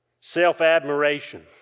Self-admiration